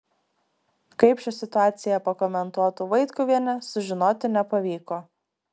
kaip šią situaciją pakomentuotų vaitkuvienė sužinoti nepavyko